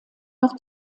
noch